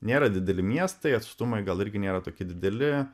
nėra dideli miestai atstumai gal irgi nėra tokie dideli